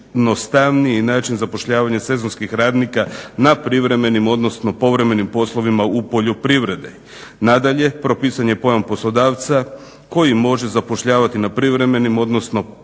način zapošljavanja sezonskih radnika na privremenim, odnosno povremenim poslovima u poljoprivredi. Nadalje, propisan je pojam poslodavca koji može zapošljavati na privremenim, odnosno povremenim sezonskim